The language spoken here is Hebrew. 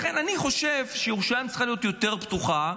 לכן אני חושב שירושלים צריכה להיות יותר פתוחה,